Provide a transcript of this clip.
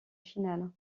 finale